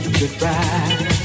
goodbye